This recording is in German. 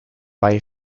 bei